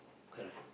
correct